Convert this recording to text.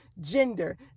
gender